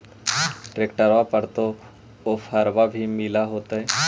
ट्रैक्टरबा पर तो ओफ्फरबा भी मिल होतै?